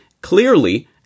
clearly